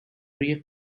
area